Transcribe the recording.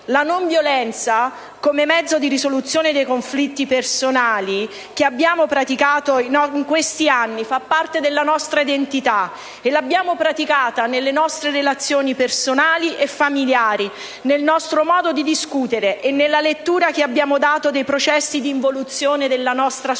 La nonviolenza come mezzo di risoluzione dei conflitti personali che abbiamo praticato in questi anni fa parte della nostra identità e l'abbiamo praticata nelle nostre relazioni personali e familiari, nel nostro modo di discutere e nella lettura che abbiamo dato dei processi d'involuzione della nostra società,